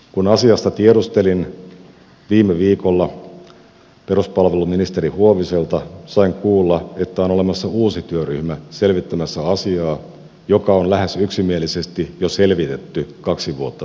kun asiasta tiedustelin viime viikolla peruspalveluministeri huoviselta sain kuulla että on olemassa uusi työryhmä selvittämässä asiaa joka on lähes yksimielisesti jo selvitetty kaksi vuotta sitten